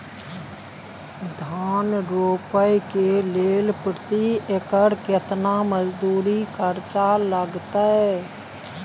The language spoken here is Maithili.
धान रोपय के लेल प्रति एकर केतना मजदूरी खर्चा लागतेय?